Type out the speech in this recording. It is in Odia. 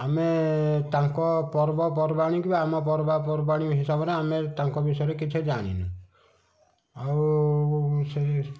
ଆମେ ତାଙ୍କ ପର୍ବପର୍ବାଣୀ କି ଆମ ପର୍ବପର୍ବାଣୀ ହିସାବରେ ଆମେ ତାଙ୍କ ବିଷୟରେ କିଛି ଜାଣିନୁ ଆଉ ସେହି